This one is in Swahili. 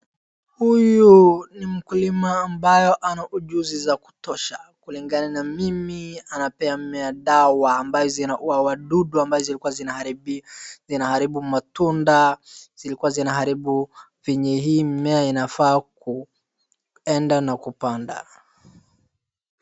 Huyu ni mkulima ambayo ana ujuzi za kutosha kulingana na mimi anapea mimea dawa ambazo zinaua wadudu ambazo zilikuwa zinaharibu matunda zilikuwa zinaharibu vyenye hii mimea inafaa kuenda na kupanda.